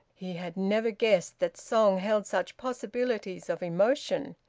he had never guessed that song held such possibilities of emotion.